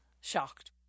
shocked